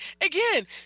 Again